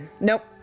nope